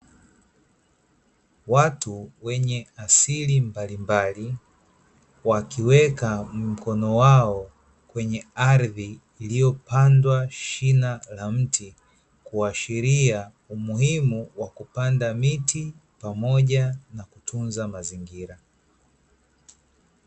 Watu wenye asili mbalimbali, wakiweka mkono wao kwenye ardhi iliyopandwa shina la mti, kuashiria umuhimu wa kupanda miti pamoja na kutunza mazingira.